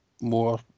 more